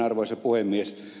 arvoisa puhemies